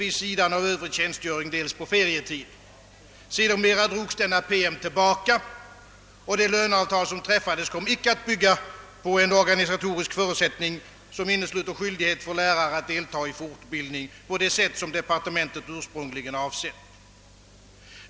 vid sidan av Övrig tjänstgöring, dels under ferietid. Sedermera drogs denna promemoria tillbaka, och det löneavtal som träffades kom inte att bygga på en organisatorisk förutsättning som innesluter skyldighet för lärare att delta i fortbildning på det sätt som departementet ursprungligen avsett.